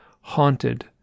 haunted